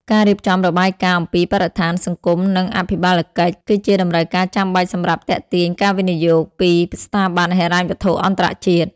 ការរៀបចំរបាយការណ៍អំពីបរិស្ថាន សង្គម និងអភិបាលកិច្ច គឺជាតម្រូវការចាំបាច់សម្រាប់ទាក់ទាញការវិនិយោគពីស្ថាប័នហិរញ្ញវត្ថុអន្តរជាតិ។